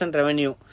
revenue